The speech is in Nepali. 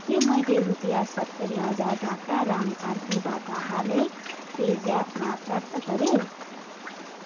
के मैले रुपियाँ सत्तरी हजार ढाकाराम कार्कीबाट हालै पे ज्यापमा प्राप्त गरेँ